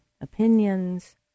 opinions